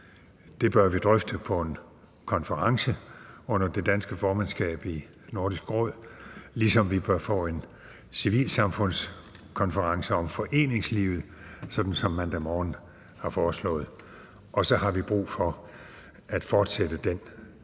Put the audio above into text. Det bør vi drøfte på en konference under det danske formandskab i Nordisk Råd, ligesom vi bør få en civilsamfundskonference om foreningslivet, sådan som Mandag Morgen har foreslået. Og så har vi brug for at fortsætte den turismestrategi,